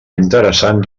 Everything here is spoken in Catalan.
interessant